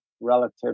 relative